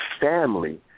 family